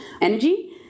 energy